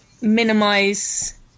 minimize